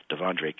Devondre